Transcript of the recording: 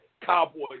Cowboys